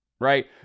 Right